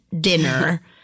dinner